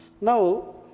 Now